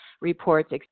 reports